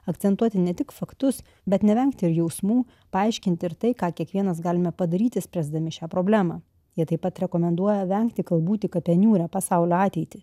akcentuoti ne tik faktus bet nevengt ir jausmų paaiškinti ir tai ką kiekvienas galime padaryti spręsdami šią problemą jie taip pat rekomenduoja vengti kalbų tik apie niūrią pasaulio ateitį